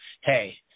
hey